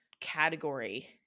category